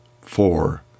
four